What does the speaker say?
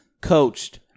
coached